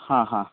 ഹാ ഹാ